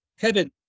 Kevin